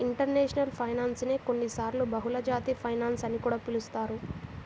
international finance నే కొన్నిసార్లు బహుళజాతి ఫైనాన్స్ అని కూడా పిలుస్తారు